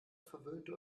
verwöhnte